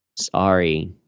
sorry